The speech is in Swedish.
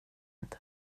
inte